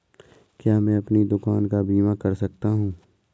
क्या मैं अपनी दुकान का बीमा कर सकता हूँ?